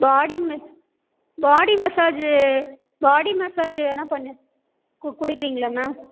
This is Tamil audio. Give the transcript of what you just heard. பாடி மஸ் பாடி மசாஜு பாடி மசாஜு வேணால் பண்ணி கு கொடுக்கிறிங்களா மேம்